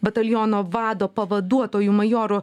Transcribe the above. bataljono vado pavaduotoju majoru